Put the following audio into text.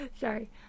sorry